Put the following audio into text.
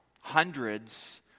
hundreds